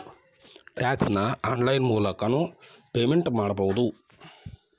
tax ನ online ಮೂಲಕನೂ payment ಮಾಡಬೌದು